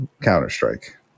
Counter-Strike